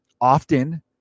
Often